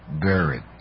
buried